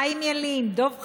חיים ילין, דב חנין,